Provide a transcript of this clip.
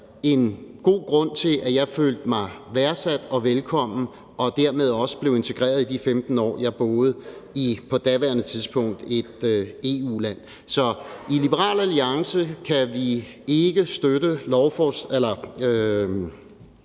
en god grund til, at jeg følte mig værdsat og velkommen og dermed også blev integreret i de 15 år, jeg boede i et på daværende tidspunkt EU-land. Så i Liberal Alliance kan vi ikke støtte